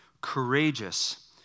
courageous